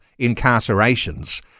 incarcerations